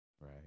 right